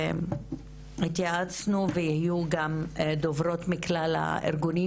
התייעצנו ויהיו גם דוברות מכלל הארגונים,